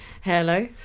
Hello